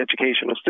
educational